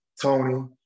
Tony